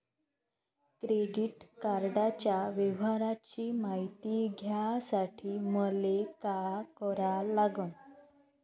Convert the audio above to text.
Credit कार्डाच्या व्यवहाराची मायती घ्यासाठी मले का करा लागन?